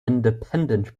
independent